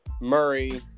Murray